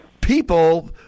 people